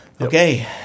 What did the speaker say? Okay